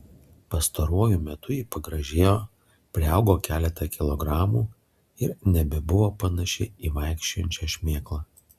pastaruoju metu ji pagražėjo priaugo keletą kilogramų ir nebebuvo panaši į vaikščiojančią šmėklą